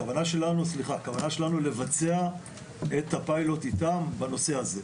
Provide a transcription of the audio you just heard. הכוונה שלנו לבצע את הפיילוט איתם בנושא הזה.